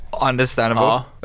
understandable